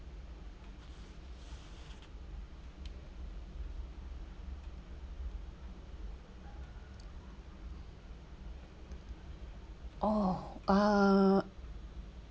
oh uh